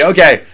Okay